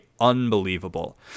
unbelievable